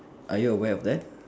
are you aware of that